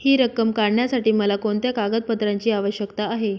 हि रक्कम काढण्यासाठी मला कोणत्या कागदपत्रांची आवश्यकता आहे?